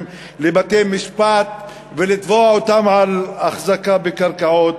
לבתי-משפט ולתבוע אותם על החזקה בקרקעות,